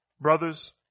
Brothers